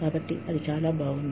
కాబట్టి ఇది చాలా బాగుంది